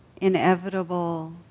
inevitable